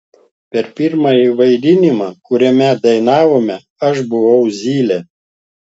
per pirmąjį vaidinimą kuriame dainavome aš buvau zylė